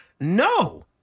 No